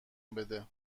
بده